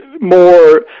more